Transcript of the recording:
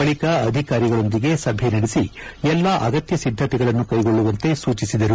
ಬಳಕ ಅಧಿಕಾರಿಗಳೊಂದಿಗೆ ಸಭೆ ನಡೆಸಿ ಎಲ್ಲಾ ಅಗತ್ಯ ಸಿದ್ದತೆಗಳನ್ನು ಕೈಗೊಳ್ಳುವಂತೆ ಸೂಚಿಸಿದರು